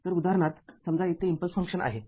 तरउदाहरणार्थ समजा येथे impulse function आहे